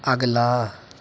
اگلا